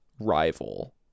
rival